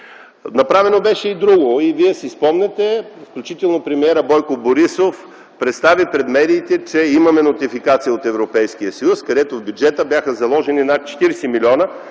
Направено беше и друго, Вие си спомняте. Включително премиерът Бойко Борисов представи пред медиите, че имаме нотификация от Европейския съюз, за което в бюджета бяха заложени 40 млн.